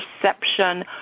perception